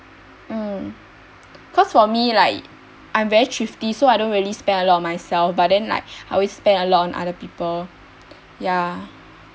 um cause for me like I'm very thrifty so I don't really spend a lot on myself but then like I'll spend a lot on other people ya